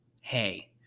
Hey